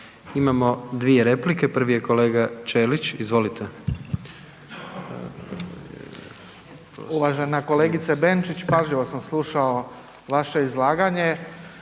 Imamo dvije replike, prvi je kolega Ćelić. Izvolite. **Ćelić, Ivan (HDZ)** Uvažena kolegice Benčić. Pažljivo sam slušao vaše izlaganje,